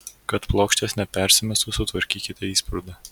kad plokštės nepersimestų sutvarkykite įsprūdą